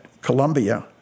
Columbia